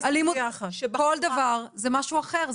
כל דבר זה משהו אחר.